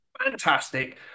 fantastic